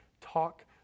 talk